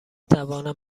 توانم